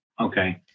Okay